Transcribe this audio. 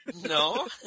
No